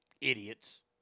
idiots